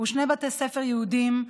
שני בתי ספר יהודיים,